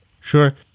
Sure